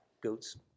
goats